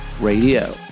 Radio